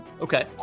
Okay